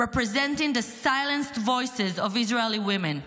representing the silenced voices of Israeli women.